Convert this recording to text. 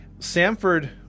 Samford